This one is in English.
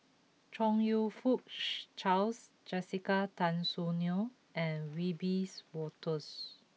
Chong you Fook Charles Jessica Tan Soon Neo and Wiebe Wolters